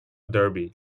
derby